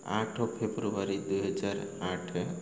ଆଠ ଫେବୃଆରୀ ଦୁଇହଜାର ଆଠ